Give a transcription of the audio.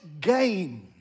gain